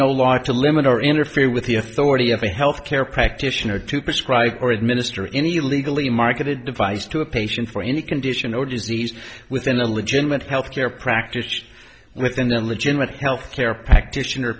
no law to limit or interfere with the authority of a health care practitioner to prescribe or administer any legally marketed device to a patient for any condition or disease within a legitimate health care practice within the legitimate health care practitioner